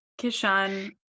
Kishan